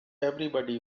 everybody